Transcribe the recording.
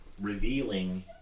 revealing